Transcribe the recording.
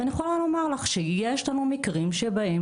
ואני יכולה לומר לך שיש לנו מקרים שבהם